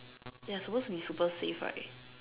ya suppose is to be super safe right